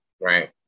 Right